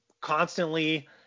constantly